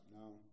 No